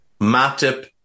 Matip